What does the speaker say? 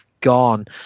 gone